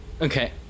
Okay